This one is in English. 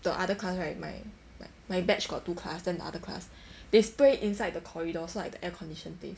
the other class right my my batch got two class then the other class they spray inside the corridor so like the air condition place